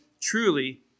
truly